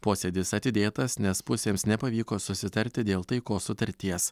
posėdis atidėtas nes pusėms nepavyko susitarti dėl taikos sutarties